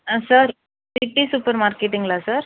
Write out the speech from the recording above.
ஆ sir city super மார்க்கெட்டுங்களா sir